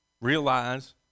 realize